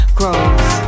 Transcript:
grows